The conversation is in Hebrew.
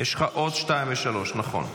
--- יש לך עוד 2 ו-3, נכון.